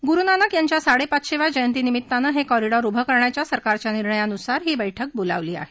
गुरु नानक यांच्या साडेपाचशेव्या जयंती निमित्तानं हे कॉरिडॉर उभं करण्याच्या सरकारच्या निर्णयानुसार ही बैठक बोलावली आहे